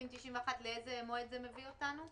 לאיזה מועד זה מביא אותנו?